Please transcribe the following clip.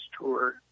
tour